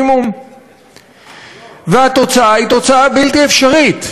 תודה רבה.